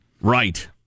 Right